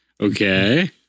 Okay